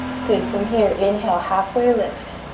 good, from here inhale, halfway lift.